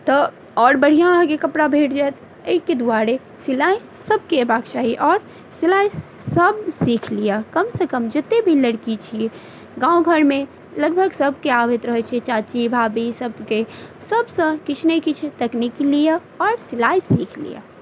तऽ आओर बढ़िऑं अहाँके कपड़ा भेट जाएत एहिके दुआरे सिलाइ सभके एबाक चाही आओर सिलाइ सभ सीख लियऽ कमसँ कम जते भी लड़की छियै गाँव घरमे लगभग सभके आबैत रहै छै चाची भाभी सभके सभसँ किछु नइ किछ तकनीकी लिअ और सिलाइ सीख लियऽ